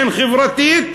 הן חברתית,